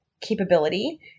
capability